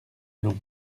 long